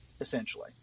essentially